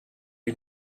you